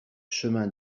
chemin